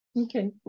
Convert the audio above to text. Okay